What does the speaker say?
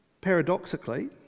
Paradoxically